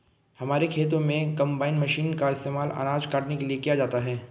हमारे खेतों में कंबाइन मशीन का इस्तेमाल अनाज काटने के लिए किया जाता है